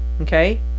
okay